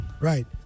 Right